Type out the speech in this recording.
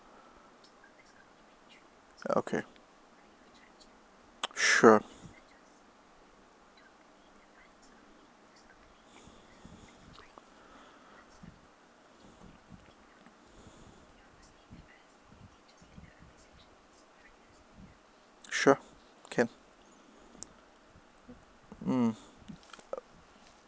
okay sure sure can mm